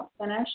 finish